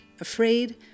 afraid